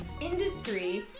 industry